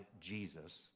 Jesus